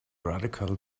radical